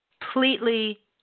completely